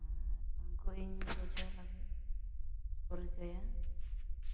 ᱩᱱᱠᱩ ᱤᱧ ᱵᱩᱡᱷᱟᱹᱣ ᱞᱟᱹᱜᱤᱫ ᱠᱚ ᱨᱤᱠᱟᱹᱭᱟ